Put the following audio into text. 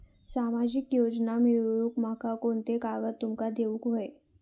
सामाजिक योजना मिलवूक माका कोनते कागद तुमका देऊक व्हये?